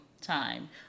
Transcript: time